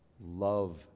love